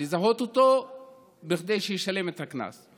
לזהות אותו כדי שישלם את הקנס.